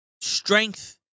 strength